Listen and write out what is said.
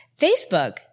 Facebook